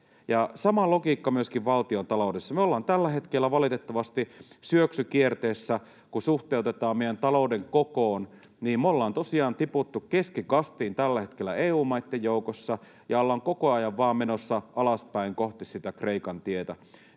Sama logiikka on myöskin valtiontaloudessa. Me ollaan tällä hetkellä valitettavasti syöksykierteessä. Kun suhteutetaan meidän talouden kokoon, niin me ollaan tosiaan tiputtu keskikastiin tällä hetkellä EU-maitten joukossa ja ollaan koko ajan vain menossa alaspäin kohti sitä Kreikan tietä.